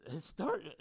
start